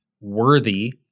worthy